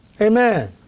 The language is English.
Amen